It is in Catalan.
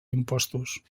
impostos